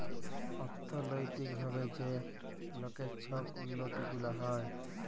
অথ্থলৈতিক ভাবে যে লকের ছব উল্লতি গুলা হ্যয়